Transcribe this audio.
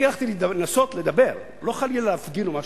הלכתי לנסות לדבר, לא חלילה להפגין או משהו.